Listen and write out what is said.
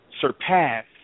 surpass